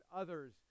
others